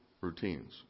routines